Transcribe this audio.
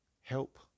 help